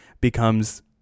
becomes